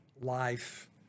life